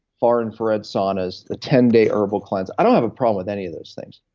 far-infrared saunas, the ten day herbal cleanse, i don't have a problem with any of these things,